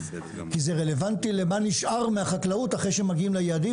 כי זה רלוונטי למה נשאר מהחקלאות אחרי שמגיעים ליעדים,